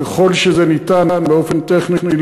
ככל שזה ניתן באופן טכני,